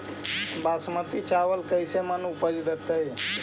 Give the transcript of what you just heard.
बासमती चावल कैसे मन उपज देतै?